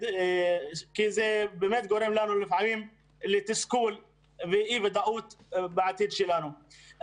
כי זה באמת גורם לנו לפעמים לתסכול ולאי-ודאות בעתיד שלנו.